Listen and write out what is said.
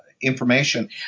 information